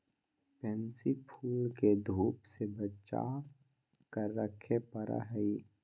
pansy फूल के धूप से बचा कर रखे पड़ा हई